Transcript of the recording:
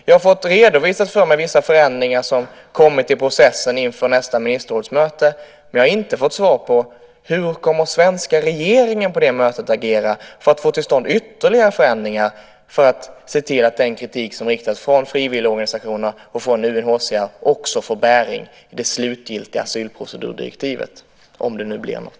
Jag har fått redovisat för mig vissa förändringar som kommit i processen inför nästa ministerrådsmöte, men jag har inte fått svar på hur den svenska regeringen kommer att agera på det mötet för att få till stånd ytterligare förändringar för att se till att den kritik som riktas från frivilligorganisationerna och UNHCR också får bäring i det slutgiltiga asylprocedurdirektivet, om det nu blir något.